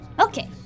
Okay